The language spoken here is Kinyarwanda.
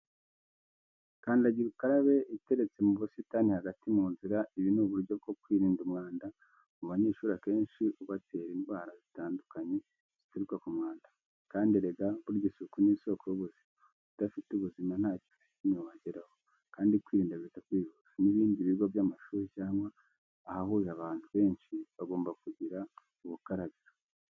Kandagira ukarabe iteretse mu busitani hagati mu nzira. Ibi ni uburyo bwo kwirinda umwanda mu banyeshuri akenshi ubatera n'indwara zitandukanye zituruka ku mwanda. Kandi erega burya isuku ni isoko y'ubuzima, udafite ubuzima nta kintu na kimwe wageraho. Kandi kwirinda biruta kwivuza, n'ibindi bigo by'amashuri cyangwa ahahurira abantu benshi bagomba kugira ubukarabiro.